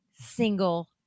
single